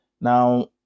Now